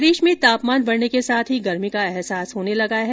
प्रदेश में तापमान बढ़ने के साथ ही गर्मी का अहसास होने लगा है